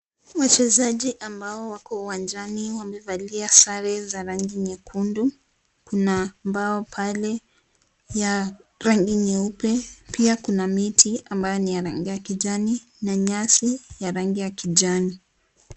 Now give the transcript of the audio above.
Wachezaji ambao wako uwanjani wamevalia sare za rangi nyekundu kuna ambao pale ya rangi nyeupe pia kuna miti ambayo ni ya kijani na nyasi ya rangi ya kijani.